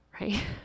right